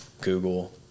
Google